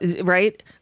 right